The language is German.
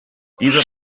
dieser